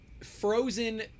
Frozen